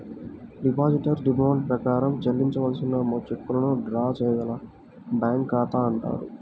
depositor demand ప్రకారం చెల్లించవలసిన చెక్కులను డ్రా చేయగల బ్యాంకు ఖాతా అంటారు